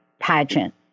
pageant